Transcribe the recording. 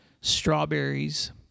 strawberries